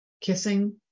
kissing